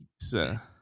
Pizza